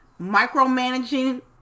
micromanaging